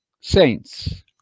saints